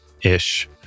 ish